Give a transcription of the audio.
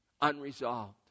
unresolved